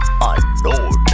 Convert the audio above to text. Unknown